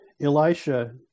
Elisha